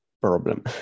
Problem